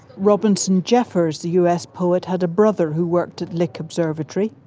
robinson jeffers, the us poet, had a brother who worked at lick observatory.